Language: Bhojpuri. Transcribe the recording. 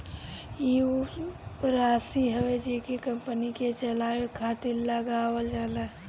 ई ऊ राशी हवे जेके कंपनी के चलावे खातिर लगावल जाला